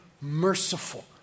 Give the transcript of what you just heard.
merciful